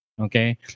Okay